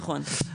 נכון.